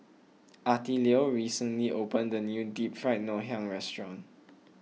Attilio recently opened a new Deep Fried Ngoh Hiang restaurant